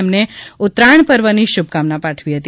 તેમને ઉત્તરાયણ પર્વની શુભકામના પાઠવી હતી